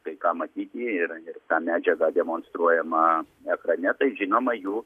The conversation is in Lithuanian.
kai ką matyti ir ir ta medžiaga demonstruojama ekrane tai žinoma jų